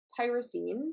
tyrosine